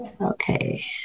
Okay